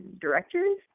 directors